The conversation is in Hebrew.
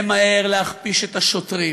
למהר להכפיש את השוטרים.